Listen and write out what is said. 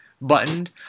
buttoned